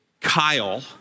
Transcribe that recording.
Kyle